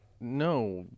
No